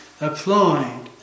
applied